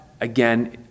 again